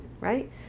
right